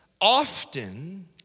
Often